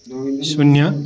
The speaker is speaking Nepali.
शून्य